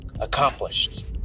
accomplished